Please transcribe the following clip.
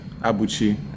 abuchi